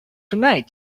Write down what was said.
tonight